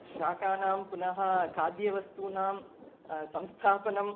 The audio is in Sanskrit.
शाकानां पुनः खाद्यवस्तूनां संस्थापनम्